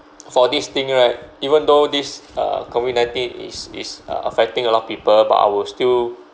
for this thing right even though this uh COVID-nineteen is is uh affecting a lot of people but I will still